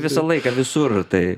visą laiką visur tai